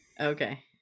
Okay